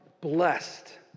blessed